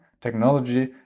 technology